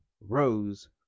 rose